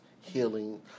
healing